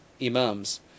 imams